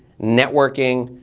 networking,